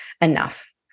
enough